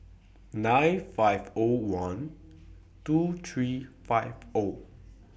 nine five O one two three five O